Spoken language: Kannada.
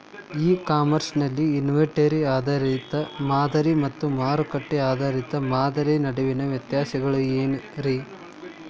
ಇ ಕಾಮರ್ಸ್ ನಲ್ಲಿ ಇನ್ವೆಂಟರಿ ಆಧಾರಿತ ಮಾದರಿ ಮತ್ತ ಮಾರುಕಟ್ಟೆ ಆಧಾರಿತ ಮಾದರಿಯ ನಡುವಿನ ವ್ಯತ್ಯಾಸಗಳೇನ ರೇ?